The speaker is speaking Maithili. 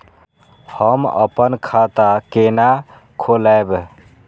हम अपन खाता केना खोलैब?